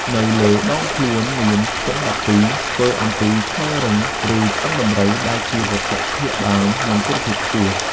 នៅលើដងខ្លួនមានខ្ទង់ ១២ ធ្វើអំពីឈើរឹង ឬឆ្អឹងដំរី ដែលជាវត្ថុធាតុដើមមានគុណភាពខ្ពស់។